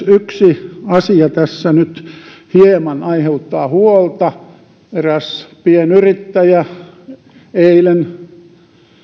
yksi asia tässä nyt hieman aiheuttaa huolta eräs pienyrittäjä eilen